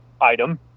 item